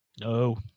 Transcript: no